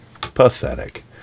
Pathetic